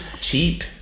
Cheap